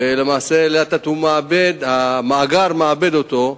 ולמעשה לאט-לאט הוא מאבד המאגר מאבד אותו,